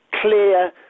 clear